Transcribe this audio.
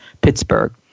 Pittsburgh